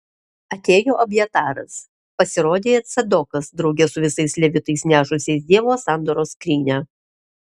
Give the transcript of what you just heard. atėjo abjataras pasirodė ir cadokas drauge su visais levitais nešusiais dievo sandoros skrynią